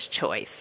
choice